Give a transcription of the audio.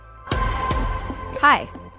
hi